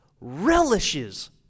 relishes